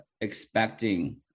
expecting